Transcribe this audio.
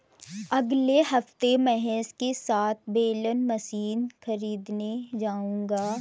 अगले हफ्ते महेश के साथ बेलर मशीन खरीदने जाऊंगा